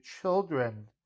children